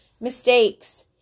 Mistakes